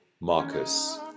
Marcus